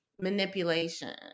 manipulation